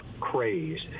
craze